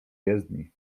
jezdni